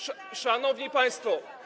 Szanowni Państwo!